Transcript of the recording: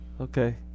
Okay